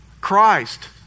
Christ